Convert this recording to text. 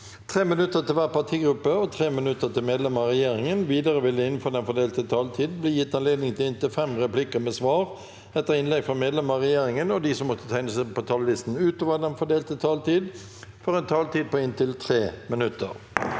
3 minutter til hver partigruppe og 3 minutter til medlemmer av regjeringen. Videre vil det – innenfor den fordelte taletid – bli gitt anledning til inntil seks replikker med svar etter innlegg fra medlemmer av regjeringen, og de som måtte tegne seg på talerlisten utover den fordelte taletid, får også en taletid på inntil 3 minutter.